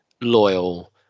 loyal